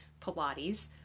Pilates